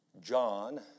John